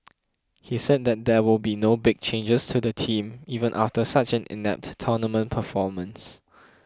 he said that there will be no big changes to the team even after such an inept tournament performance